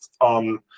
on